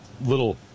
little